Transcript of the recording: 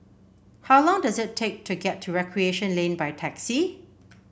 how long does it take to get to Recreation Lane by taxi